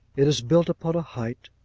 it is built upon a height,